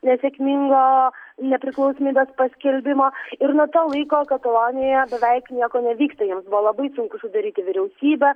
nesėkmingo nepriklausomybės paskelbimo ir nuo to laiko katalonijoje beveik nieko nevyksta jiems buvo labai sunku sudaryti vyriausybę